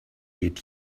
eat